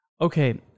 Okay